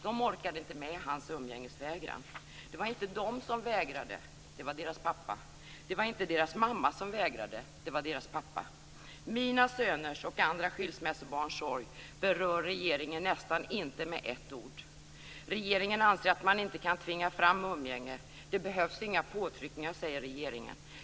De orkade inte med hans umgängesvägran. Det var inte de som vägrade, det var deras pappa. Det var inte deras mamma som vägrade, det var deras pappa. Mina söners och andra skilsmässobarns sorg berör regeringen nästan inte med ett ord. Regeringen anser att man inte kan tvinga fram umgänge. Det behövs inga påtryckningar, säger regeringen.